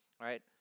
right